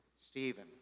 Stephen